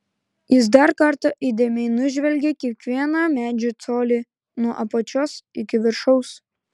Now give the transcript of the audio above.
jis dar kartą įdėmiai nužvelgė kiekvieną medžio colį nuo apačios iki viršaus